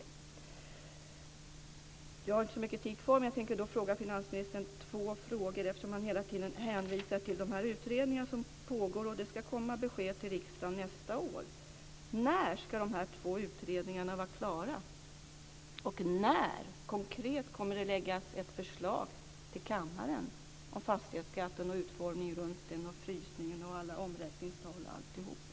Jag har inte så mycket talartid kvar, men jag tänker ställa två frågor till finansministern. Han hänvisar hela tiden till de utredningar som pågår. Det ska komma besked till riksdagen nästa år. När ska dessa två utredningar vara klara? När kommer det att läggas ett förslag till kammaren om utformningen av fastighetsskatten, frysningen och alla omräkningstal, t.ex.?